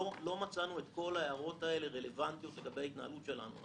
אבל לא מצאנו את כל ההערות האלו רלוונטיות לגבי ההתנהלות שלנו.